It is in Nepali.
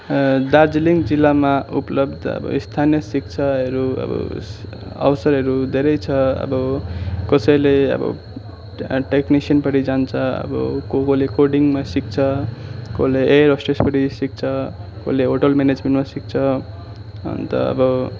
दार्जिलिङ जिल्लामा उपलब्ध अब स्थानीय शिक्षाहरू अब अवसरहरू धेरै छ अब कसैले अब टेक्निसियनपट्टि जान्छ अब को कसले कोडिङमा सिक्छ कसले एयर होस्टेसपट्टि सिक्छ कसले होटल म्यानेजमेन्टमा सिक्छ अन्त अब